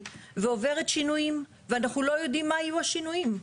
ועוברת שינויים ואנחנו לא יודעים מה יהיו השינויים.